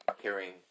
hearing